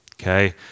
okay